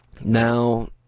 Now